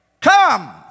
come